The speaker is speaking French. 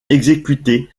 exécutée